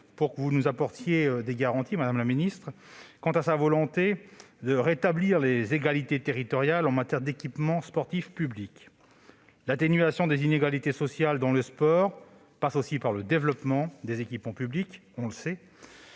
pourriez-vous nous apporter des garanties, madame la ministre, quant à sa volonté de rétablir les égalités territoriales en matière d'équipements sportifs publics. L'atténuation des inégalités sociales dans le sport passe aussi par le développement des équipements publics. Il faut